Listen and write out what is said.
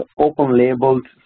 open-labeled